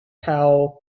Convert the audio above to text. tau